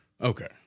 Okay